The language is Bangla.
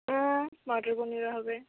হুম মটর পনিরও হবে